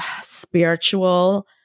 spiritual